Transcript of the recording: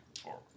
forward